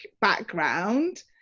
background